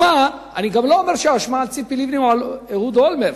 אני גם לא אומר שהאשמה על ציפי לבני או על אהוד אולמרט,